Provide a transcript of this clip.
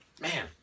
Man